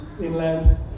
inland